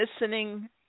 listening